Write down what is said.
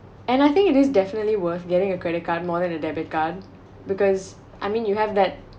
and I think it is definitely worth getting a credit card more than a debit card because I mean you have that